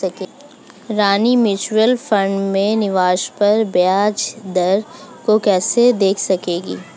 Reena mutual fund में निवेश पर ब्याज दर को कैसे देख सकेगी?